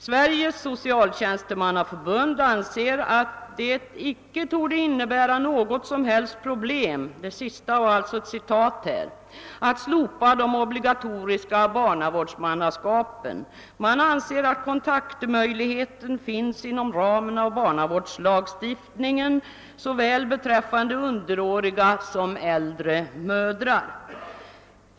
Sveriges socialtjänsetmannaförbund anser att »det icke torde innebära något som helst problem» att slopa det obligatoriska barnavårdsmannaskapet. Man menar att kon taktmöjligheten finns inom ramen av barnavårdslagstiftningen beträffande såväl underåriga som äldre mödrar.